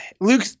Luke